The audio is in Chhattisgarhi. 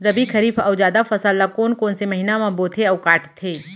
रबि, खरीफ अऊ जादा फसल ल कोन कोन से महीना म बोथे अऊ काटते?